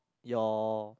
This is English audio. your